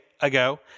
ago